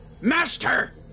Master